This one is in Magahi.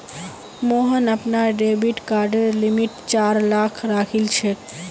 मोहन अपनार डेबिट कार्डेर लिमिट चार लाख राखिलछेक